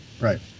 right